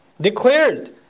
declared